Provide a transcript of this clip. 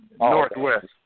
northwest